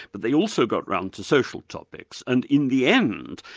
but they also got round to social topics, and in the end,